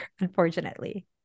unfortunately